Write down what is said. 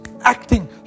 acting